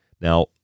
Now